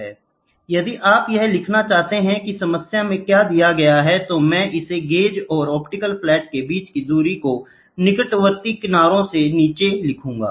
यदि आप यह लिखना चाहते हैं कि समस्या में क्या दिया गया है तो मैं इसे गेज और ऑप्टिकल फ्लैट के बीच की दूरी को निकटवर्ती किनारे से नीचे लिखूंगा